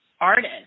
artist